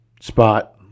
spot